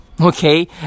okay